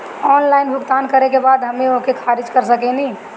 Online भुगतान करे के बाद हम ओके खारिज कर सकेनि?